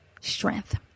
strength